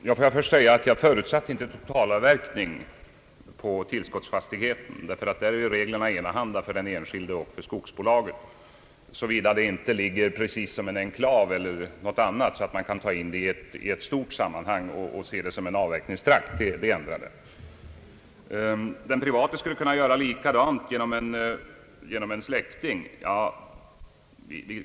Herr talman! Jag förutsatte inte en totalavverkning på tillskottsfastigheten, ty därvidlag är ju reglerna enahanda för den enskilde och för skogsbolaget — såvida tillskottsfastigheten inte ligger som en enklav eller liknande, så att man kan ta in den i ett stort sammanhang och se det som en avverkningstrakt. Den private skulle kunna göra på samma sätt med hjälp av någon släkting, menar herr Wärnberg.